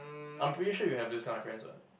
I'm pretty sure you have this kind of friends [what]